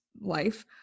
life